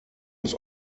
was